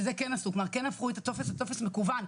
זה כן עשו זה טופס מקוון,